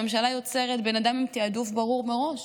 הממשלה יוצרת בן אדם עם תיעדוף ברור מראש,